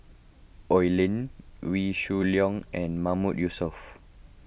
Oi Lin Wee Shoo Leong and Mahmood Yusof